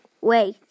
Wait